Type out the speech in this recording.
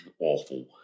awful